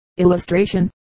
Illustration